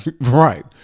right